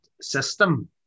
system